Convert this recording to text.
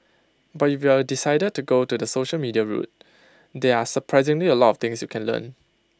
but if you decided to go the social media route there are surprisingly A lot of things you can learn